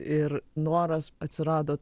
ir noras atsirado